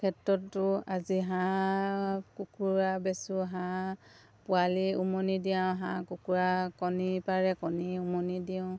ক্ষেত্ৰতো আজি হাঁহ কুকুৰা বেচোঁ হাঁহ পোৱালি উমনি দিয়াওঁ হাঁহ কুকুৰা কণী পাৰে কণী উমনি দিওঁ